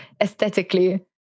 aesthetically